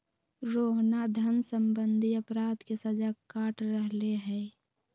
रोहना धन सम्बंधी अपराध के सजा काट रहले है